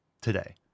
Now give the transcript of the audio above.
today